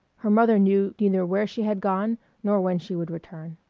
her mother knew neither where she had gone nor when she would return.